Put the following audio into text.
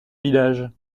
village